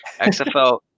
XFL